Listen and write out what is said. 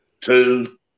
two